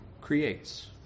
creates